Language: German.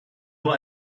nur